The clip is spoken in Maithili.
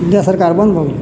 सरकार बन्द भऽ गेल